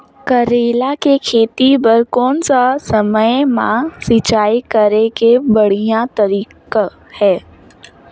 करेला के खेती बार कोन सा समय मां सिंचाई करे के बढ़िया तारीक हे?